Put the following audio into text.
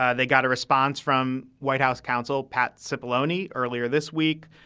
ah they got a response from white house counsel pat scipione earlier this week.